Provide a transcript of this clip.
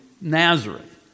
Nazareth